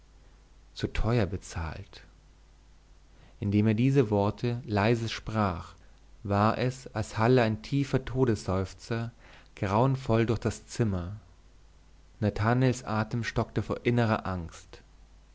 zu teuer bezahlt indem er diese worte leise sprach war es als halle ein tiefer todesseufzer grauenvoll durch das zimmer nathanaels atem stockte vor innerer angst